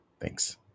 Thanks